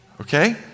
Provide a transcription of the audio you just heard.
Okay